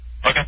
Okay